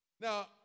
Now